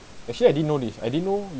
actually I didn't know if I didn't know